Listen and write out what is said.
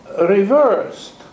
reversed